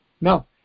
No